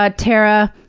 ah tara.